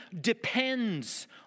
depends